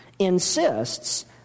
Insists